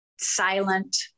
silent